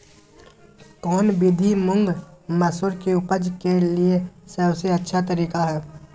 कौन विधि मुंग, मसूर के उपज के लिए सबसे अच्छा तरीका है?